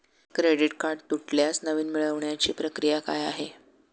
Credit card तुटल्यास नवीन मिळवण्याची प्रक्रिया काय आहे?